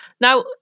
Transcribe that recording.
Now